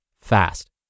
fast